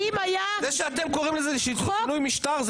האם היה --- זה שאתם קוראים לזה שינוי משטר,